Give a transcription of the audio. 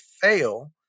fail